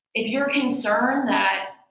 if you're concerned that